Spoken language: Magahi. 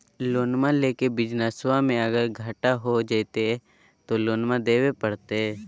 लोनमा लेके बिजनसबा मे अगर घाटा हो जयते तो लोनमा देवे परते?